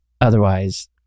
otherwise